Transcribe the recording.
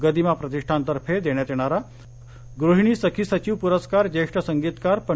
गदिमा प्रतिष्ठानतर्फे देण्यात येणारा गृहिणी सखी सचिव प्रस्कार ज्येष्ठ संगीतकार पं